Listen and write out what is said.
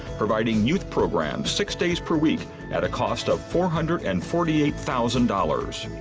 providing youth programs six days per week at a cost of four hundred and forty eight thousand dollars.